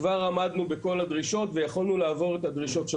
כבר עמדנו בכל הדרישות ויכולנו לעבור את הדרישות של